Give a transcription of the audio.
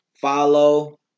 Follow